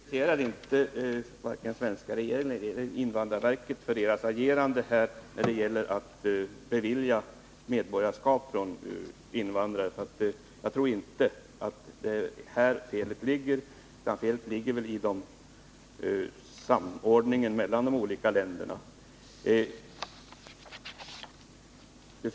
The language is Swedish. Fru talman! Jag kritiserade varken den svenska regeringen eller invandrarverket för deras agerande när det gäller att bevilja medborgarskap för invandrare. Jag tror inte att felet ligger där, utan felet ligger i samordningen mellan de olika länderna.